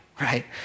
right